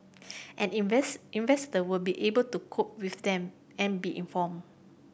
and investor will be able to cope with them and be informed